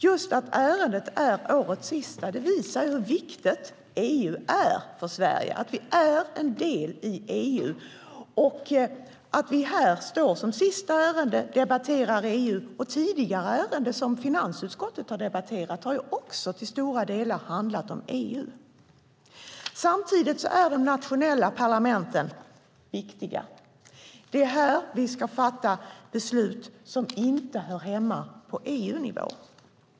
Just att ärendet är årets sista visar hur viktigt EU är för Sverige. Vi är en del i EU, och vi står här och debatterar EU som sista ärende. Tidigare ärenden som finansutskottet har debatterat har också till stora delar handlat om EU. Samtidigt är de nationella parlamenten viktiga. Det är här vi ska fatta beslut som inte hör hemma på EU-nivå.